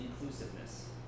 inclusiveness